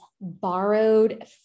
borrowed